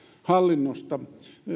hallinnosta